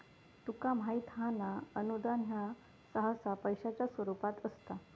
तुका माहित हां ना, अनुदान ह्या सहसा पैशाच्या स्वरूपात असता